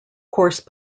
course